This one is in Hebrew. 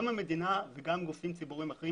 גם המדינה וגם גופים ציבוריים אחרים